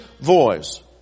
voice